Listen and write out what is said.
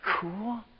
Cool